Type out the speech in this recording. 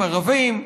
ערבים.